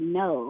no